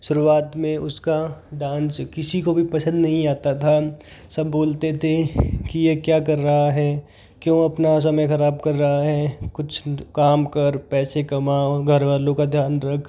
शुरुआत में उसका डांस किसी को भी पसंद नहीं आता था सब बोलते थे कि ये क्या कर रहा है क्यों अपना समय ख़राब कर रहा है कुछ काम कर पैसे कमा और घरवालों का ध्यान रख